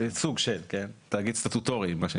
ייצוג של מה שנקרא תאגיד סטטוטורי.